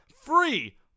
free